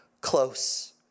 close